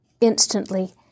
Instantly